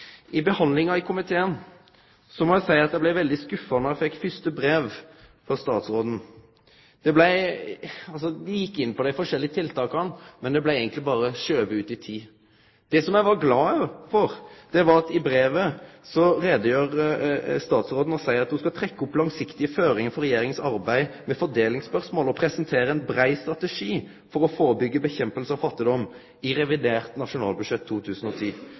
komiteen må eg seie at eg blei veldig skuffa då eg fekk det fyrste brevet frå statsråden. Dei gjekk inn på dei forskjellige tiltaka, men det blei eigentleg berre skuva ut i tid. Det som eg var glad for, var at i brevet sa statsråden at ho i revidert nasjonalbudsjett 2010 skulle «trekke opp langsiktige føringer for Regjeringens arbeid med fordelingsspørsmål og presentere en bred strategi for å forebygge og bekjempe fattigdom». Det skulle bli supplert med konkrete tiltak i